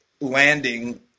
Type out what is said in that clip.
landing